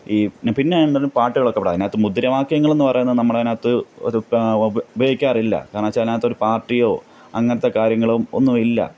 ഈ പിന്നെ എന്നു പറഞ്ഞാൽ പാട്ടുകളൊക്ക പാടും അതിനകത്ത് മുദ്രാവാക്യങ്ങൾ എന്നു പറയണത് നമ്മളതിനകത്ത് ഒരു ഉപയോഗിക്കാറില്ല കാരണം വച്ചാൽ അതിനകത്ത് ഒരു പാർട്ടിയോ അങ്ങനത്തെ കാര്യങ്ങളും ഒന്നും ഇല്ല